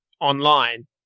online